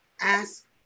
ask